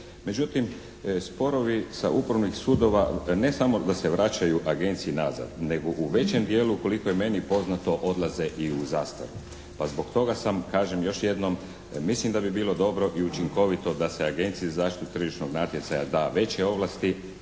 Međutim, sporovi sa upravnih sudova da ne samo da se vraćaju Agenciji nazad, nego u većem dijelu koliko je meni poznato odlaze i u zastaru. Pa zbog toga sam, kažem još jednom, mislim da bi bilo dobro i učinkovito da se Agenciji za zaštitu tržišnog natjecanja da veće ovlasti